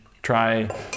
try